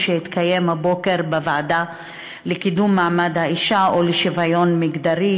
שהתקיים הבוקר בוועדה לקידום מעמד האישה ולשוויון מגדרי.